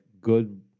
good